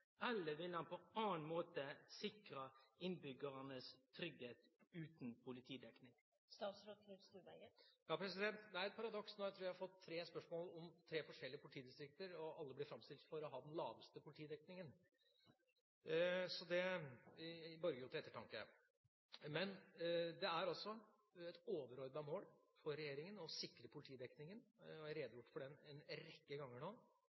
eller vil han på annen måte sikre innbyggerne trygghet uten politidekning?» Et paradoks: Nå tror jeg jeg har fått tre spørsmål om tre forskjellige politidistrikter, og alle blir framstilt som å ha den laveste politidekningen. Det borger for ettertanke. Det er et overordnet mål for regjeringa å sikre politidekningen – og jeg har redegjort for den en rekke ganger nå